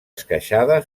esqueixada